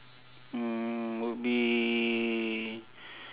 uh would be